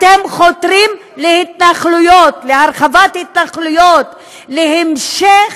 אתם חותרים להתנחלויות, להרחבת התנחלויות, להמשך